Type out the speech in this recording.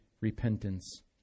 repentance